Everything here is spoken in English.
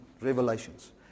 Revelations